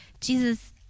Jesus